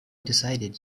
decided